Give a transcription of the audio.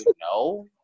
No